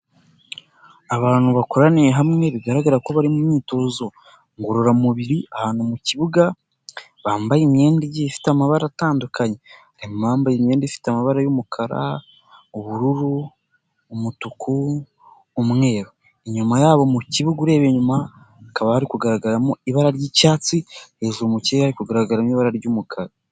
Abantu bakoraniye hamwe bigaragara ko bari mu myitozo ngororamubiri ahantu mu kibuga bambaye imyenda igiye ifite amabara atandukanye, harimo abambaye imyenda ifite amabara y'umukara, ubururu, umutuku, umweru. Inyuma yabo mu kibuga ureba inyuma hakaba hari kugaragaramo ibara ry'icyatsi, hejuru mu kirere hari kugaragaramo ibara ry'umukara.